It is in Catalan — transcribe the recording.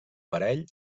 parell